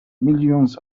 millions